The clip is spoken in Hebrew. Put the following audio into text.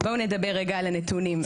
בואו נדבר רגע על הנתונים.